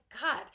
God